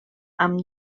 amb